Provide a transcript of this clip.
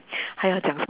还要讲